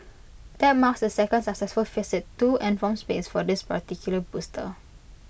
that marks the second successful visit to and from space for this particular booster